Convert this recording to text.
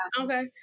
Okay